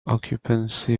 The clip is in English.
occupancy